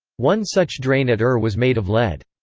one such drain at ur was made of lead.